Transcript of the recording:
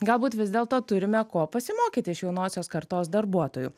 galbūt vis dėlto turime ko pasimokyti iš jaunosios kartos darbuotojų